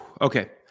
Okay